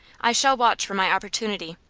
i shall watch for my opportunity,